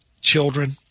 children